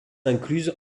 incluse